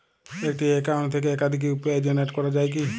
একটি অ্যাকাউন্ট থেকে একাধিক ইউ.পি.আই জেনারেট করা যায় কি?